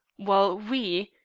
while we,